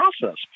process